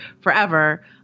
forever